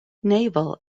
naval